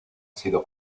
sido